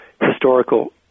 historical